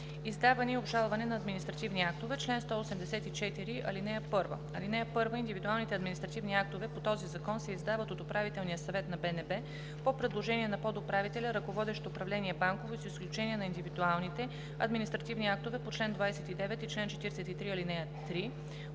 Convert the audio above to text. „Издаване и обжалване на административни актове Чл. 184. (1) Индивидуалните административни актове по този закон се издават от Управителния съвет на БНБ по предложение на подуправителя, ръководещ управление „Банково“, с изключение на индивидуалните административни актове по чл. 29 и чл. 43, ал. 3,